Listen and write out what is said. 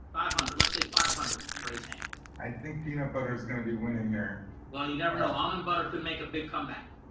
five hundred, let's say five hundred, raise hands. i think peanut butter is gonna be winning here. well, you never know almond butter can make a big come back.